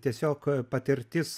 tiesiog patirtis